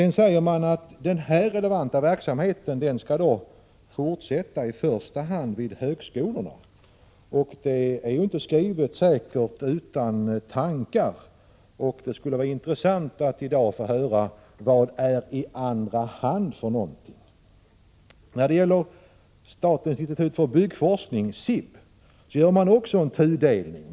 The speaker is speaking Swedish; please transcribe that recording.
Man säger att den relevanta verksamheten skall fortsätta, i första hand vid högskolorna. Det är säkert inte ogenomtänkt skrivet, och det vore intressant att i dag få höra vad som kommer i andra hand. När det gäller statens institut för byggnadsforskning, SIB, gör moderaterna också en tudelning.